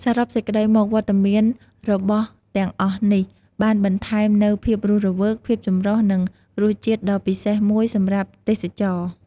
សរុបសេចក្តីមក វត្តមានរបស់ទាំងអស់នេះបានបន្ថែមនូវភាពរស់រវើក ភាពចម្រុះ និងរសជាតិដ៏ពិសេសមួយសម្រាប់ទេសចរ។